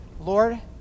Lord